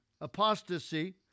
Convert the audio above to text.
apostasy